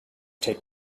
take